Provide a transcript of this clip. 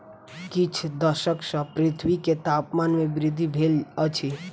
किछ दशक सॅ पृथ्वी के तापमान में वृद्धि भेल अछि